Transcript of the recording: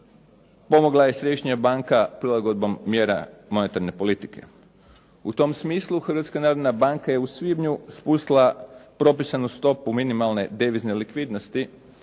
pomogla je središnja banka prilagodbom mjera monetarne politike. U tom smislu Hrvatska narodna banka je u svibnju spustila propisanu svotu minimalne devizne likvidnosti